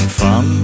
fun